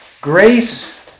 Grace